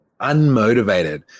unmotivated